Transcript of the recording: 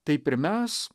taip ir mes